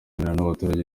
n’abaturage